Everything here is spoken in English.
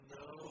no